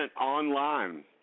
online